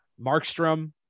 Markstrom